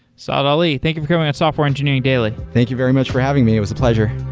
saad ali, thank you for coming on software engineering daily thank you very much for having me. it was a pleasure.